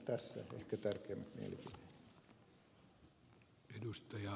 tässä ehkä tärkeimmät mielipiteet